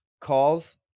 calls